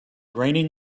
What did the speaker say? raining